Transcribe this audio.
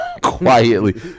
quietly